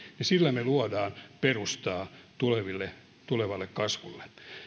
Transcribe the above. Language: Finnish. niin sillä me luomme perustaa tulevalle tulevalle kasvulle